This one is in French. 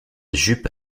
jupe